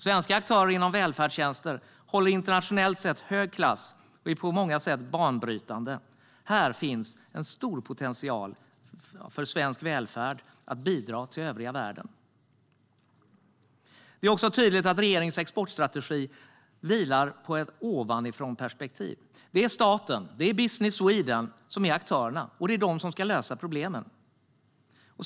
Svenska aktörer inom välfärdstjänster håller internationellt sett hög klass och är på många sätt banbrytande. Här finns en stor potential för svensk välfärd att bidra till övriga världen. Det är också tydligt att regeringens exportstrategi har ett ovanifrånperspektiv. Det är staten och Business Sweden som är aktörerna, och det är de som ska lösa problemen.